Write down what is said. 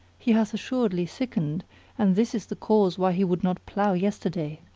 he hath assuredly sickened and this is the cause why he would not plough yesterday.